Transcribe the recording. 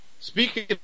Speaking